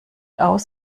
aus